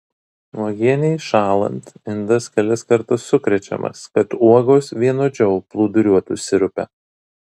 uogienei šąlant indas kelis kartus sukrečiamas kad uogos vienodžiau plūduriuotų sirupe